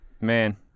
Man